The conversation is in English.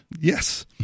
Yes